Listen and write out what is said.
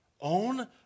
Own